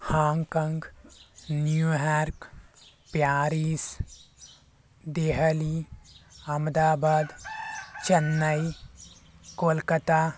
Hong Kong New York Paris Delhi Ahmedabad Chennai Kolkata